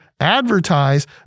advertise